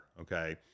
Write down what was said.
okay